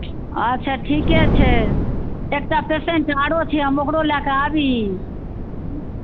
अच्छा ठीके छै एकटा पेशेन्ट आओर छी हम ओकरो लऽ कऽ आबी